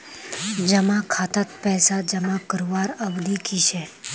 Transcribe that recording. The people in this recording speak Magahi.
जमा खातात पैसा जमा करवार अवधि की छे?